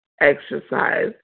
exercise